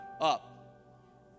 up